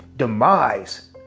Demise